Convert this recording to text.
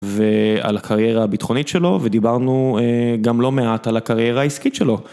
ועל הקריירה הביטחונית שלו ודיברנו גם לא מעט על הקריירה העסקית שלו.